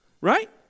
right